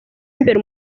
imbere